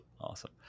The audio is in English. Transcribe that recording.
Awesome